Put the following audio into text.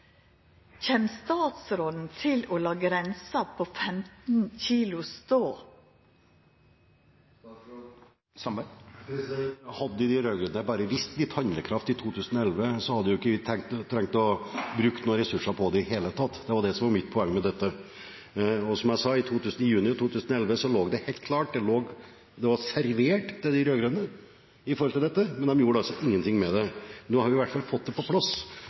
Kjem statsråden til å la grensa på 15 kilo stå? Hadde de rød-grønne bare vist litt handlekraft i 2011, hadde vi ikke trengt å bruke ressurser på det i det hele tatt. Det var mitt poeng med dette. Og som jeg sa: I juni i 2011 lå dette helt klart, det var servert til de rød-grønne, men de gjorde ingenting med det. Nå har vi i hvert fall fått det på plass,